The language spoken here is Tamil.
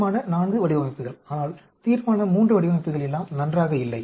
தீர்மான IV வடிவமைப்புகள் ஆனால் தீர்மானம் III வடிவமைப்புகள் எல்லாம் நன்றாக இல்லை